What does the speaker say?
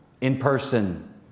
in-person